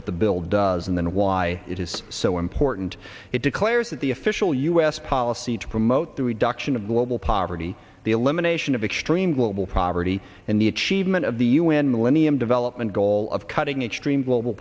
what the bill does and then why it is so important it declares that the official us policy to promote the reduction of global poverty the elimination of extreme global poverty and the achievement of the u n millennium development goal of cutting a stream global